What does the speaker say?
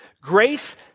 Grace